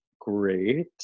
great